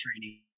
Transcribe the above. training